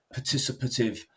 participative